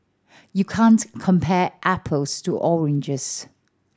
you can't compare apples to oranges